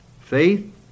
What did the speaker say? faith